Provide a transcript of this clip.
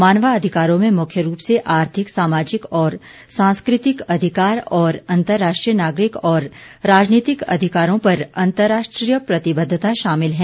मानवाधिकारों में मुख्य रूप से आर्थिक सामाजिक और सांस्कृतिक अधिकार और अंतर्राष्ट्रीय नागरिक और राजनीतिक अधिकारों पर अंतरराष्ट्रीय प्रतिबद्धता शामिल हैं